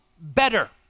better